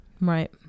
right